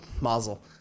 Mazel